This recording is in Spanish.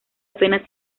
apenas